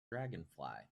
dragonfly